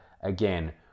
again